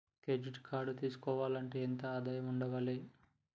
Credit card తీసుకోవాలంటే ఎంత ఆదాయం ఉండాలే?